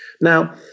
Now